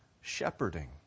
shepherding